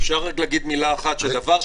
שזה משנה דרמטית את המפה,